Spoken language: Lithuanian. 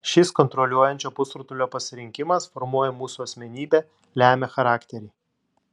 šis kontroliuojančio pusrutulio pasirinkimas formuoja mūsų asmenybę lemia charakterį